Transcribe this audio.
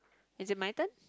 is it my turn